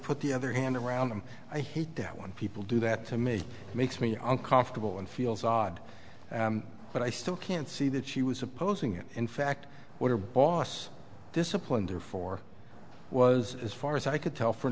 put the other hand around them i hate when people do that to me makes me uncomfortable and feels odd but i still can't see that she was opposing it in fact what her boss disciplined there for was as far as i could tell for